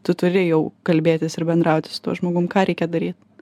tu turi jau kalbėtis ir bendrauti su tuo žmogum ką reikia daryt